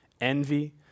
envy